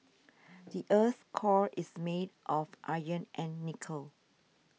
the earth's core is made of iron and nickel